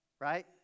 right